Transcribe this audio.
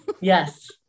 Yes